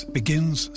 begins